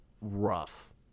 rough